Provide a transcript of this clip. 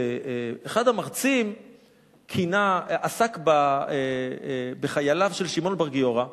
ואחד המרצים עסק בחייליו של שמעון בר גיורא,